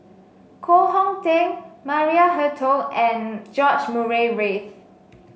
Koh Hong Teng Maria Hertogh and George Murray Reith